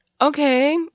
Okay